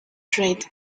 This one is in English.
trait